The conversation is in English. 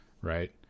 Right